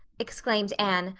exclaimed anne,